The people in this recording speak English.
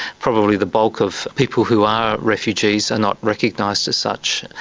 probably the bulk of people who are refugees are not recognised as such.